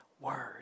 word